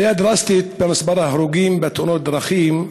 עלייה דרסטית במספר ההרוגים בתאונות דרכים,